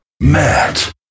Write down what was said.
Matt